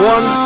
One